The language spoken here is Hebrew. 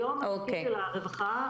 היום הנוכחות של הרווחה,